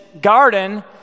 garden